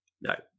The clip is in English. No